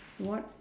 what